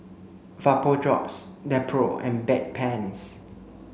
Vapodrops Nepro and Bedpans